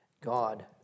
God